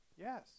Yes